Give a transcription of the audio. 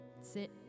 sit